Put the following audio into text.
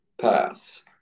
pass